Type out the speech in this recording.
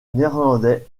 néerlandais